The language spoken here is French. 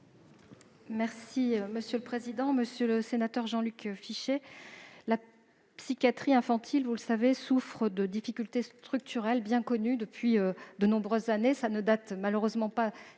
de l'autonomie. Monsieur le sénateur Jean-Luc Fichet, la psychiatrie infantile, vous le savez, souffre de difficultés structurelles bien connues depuis de nombreuses années.